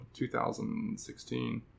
2016